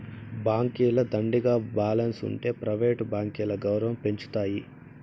బాంకీల దండిగా బాలెన్స్ ఉంటె ప్రైవేట్ బాంకీల గౌరవం పెంచతాయి